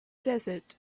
desert